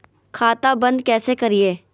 खाता बंद कैसे करिए?